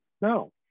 No